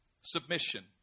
submission